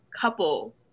couple